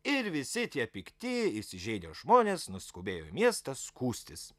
ir visi tie pikti įsižeidę žmonės nuskubėjo į miestą skųstis